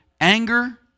anger